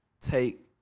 take